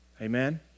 amen